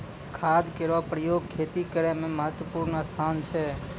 खाद केरो प्रयोग खेती करै म महत्त्वपूर्ण स्थान छै